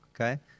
Okay